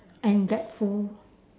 and get full